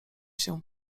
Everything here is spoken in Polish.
się